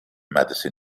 madison